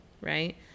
right